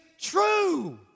true